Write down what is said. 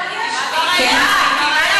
זה כבר היה.